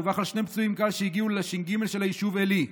דווח על שני פצועים קל שהגיעו לש"ג של היישוב עלי,